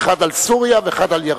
אחד על סוריה ואחד על ירדן.